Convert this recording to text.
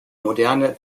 moderne